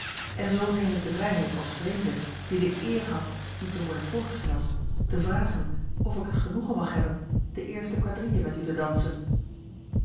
en zoo neem ik de vrijheid als vreemde die de eer had u te worden voorgesteld te vragen of ik het genoegen mag hebben de eerste quadrille met u te dansen